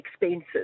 expenses